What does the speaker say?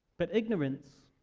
but ignorance